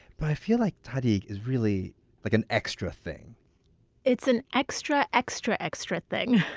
but i feel like tahdig is really like an extra thing it's an extra, extra, extra thing.